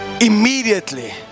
immediately